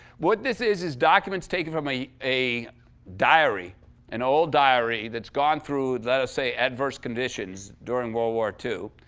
what this is is documents taken from a a diary an old diary that's gone through, let us say, adverse conditions during world war ii.